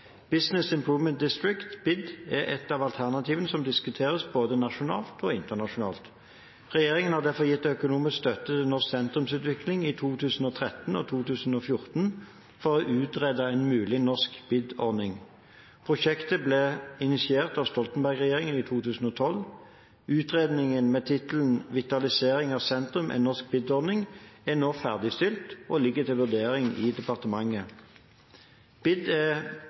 District, BID, er et av alternativene som diskuteres både nasjonalt og internasjonalt. Regjeringen har derfor gitt økonomisk støtte til norsk sentrumsutvikling i 2013 og 2014 for å utrede en mulig norsk BID-ordning. Prosjektet ble initiert av Stoltenberg-regjeringen i 2012. Utredningen med tittelen «Vitalisering av sentrum – en norsk BID-ordning» er nå ferdigstilt og ligger til vurdering i departementet.